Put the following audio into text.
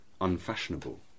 unfashionable